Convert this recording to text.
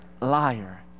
liar